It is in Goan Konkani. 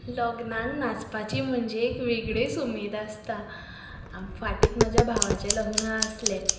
लग्नाक नाचपाची म्हणजे एक वेगळीच उमेद आसता फाटीक म्हाज्या भावाचें लग्न आसलें